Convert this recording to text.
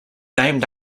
named